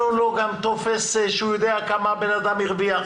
לו גם טופס שהוא יודע כמה הבן אדם הרוויח